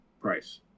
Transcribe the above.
price